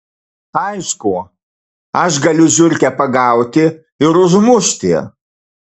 aišku aš galiu žiurkę pagauti ir užmušti